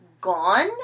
gone